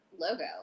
logo